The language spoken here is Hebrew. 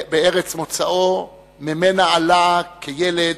בארץ מוצאו, שממנה עלה כילד,